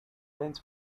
bent